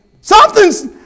Something's